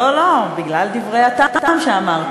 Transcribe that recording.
לא, לא, בגלל דברי הטעם שאמרת.